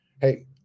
Hey